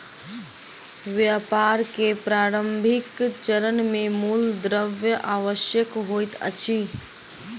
व्यापार के प्रारंभिक चरण मे मूल द्रव्य आवश्यक होइत अछि